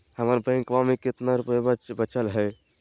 हमर बैंकवा में कितना रूपयवा बचल हई?